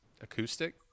acoustic